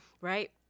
Right